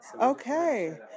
Okay